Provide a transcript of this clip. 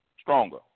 stronger